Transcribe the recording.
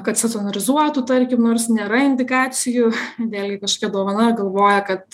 kad stacionarizuotų tarkim nors nėra indikacijų vėlei kažkokia dovana ir galvoja kad